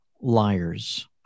liars